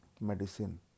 medicine